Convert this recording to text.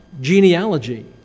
genealogy